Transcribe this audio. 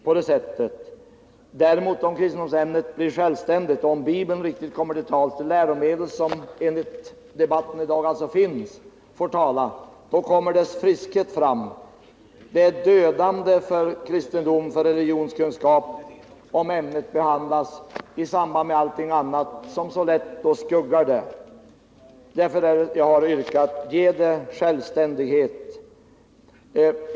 Om däremot kristendomsämnet är självständigt och Bibeln riktigt kommer till tals — det läromedel som enligt debatten i dag alltså finns — då kommer ämnets friskhet fram. Det är dödande för religionskunskapen om ämnet behandlas i samband med allting annat, som då så lätt skuggar det. Därför har jag yrkat att religionsämnet skall ges självständighet.